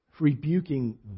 rebuking